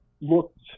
looked –